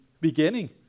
beginning